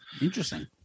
Interesting